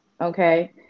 Okay